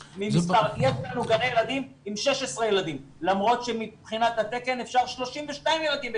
יש לנו גני ילדים עם 16 ילדים למרות שמבחינת התקן אפשר 32 ילדים בגן.